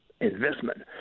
investment